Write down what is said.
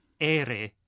ERE